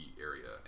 area